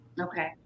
Okay